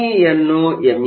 ಇಯನ್ನು M